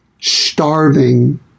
starving